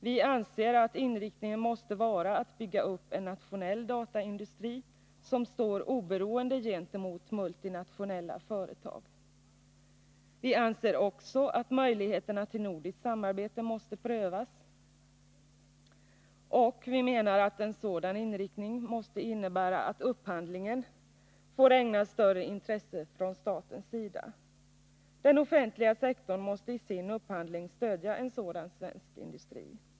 Vi anser att inriktningen måste vara att bygga upp en nationell dataindustri, som står oberoende gentemot multinationella företag. Vi anser också att möjligheterna till nordiskt samarbete måste prövas. En sådan inriktning innebär förstås också att upphandlingen måste ägnas större intresse från statens sida. Den offentliga sektorn måste i sin upphandling stödja en sådan svensk industri.